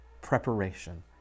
preparation